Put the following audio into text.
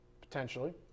potentially